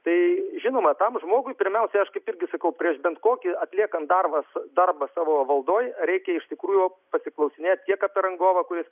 tai žinoma tam žmogui pirmiausia aš kaip irgi sakau prieš ben kokį atliekant darbą su darbą savo valdoj reikia iš tikrųjų pasiklausinėt tiek apie rangovą kuris